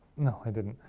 no, i didn't.